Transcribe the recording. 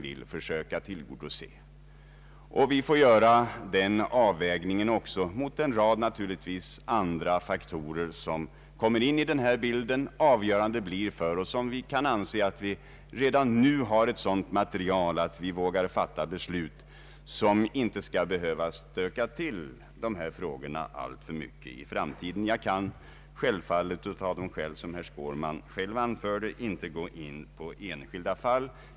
Vi får naturligtvis också göra avvägningen mot en rad andra faktorer som kommer in i bilden. Avgörande blir för oss om vi kan anse att vi redan nu har ett sådant material att vi vågar fatta ett beslut utan att därmed behöva vålla alltför svåra komplikationer i framtiden. Jag kan givetvis, av de skäl som herr Skårman själv anförde, inte gå in på enskilda fall.